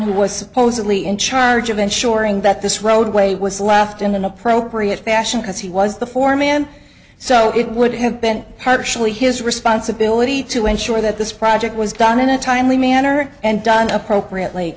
who was supposedly in charge of ensuring that this roadway was left in an appropriate fashion because he was the forman so it would have been partially his responsibility to ensure that this project was done in a timely manner and done appropriately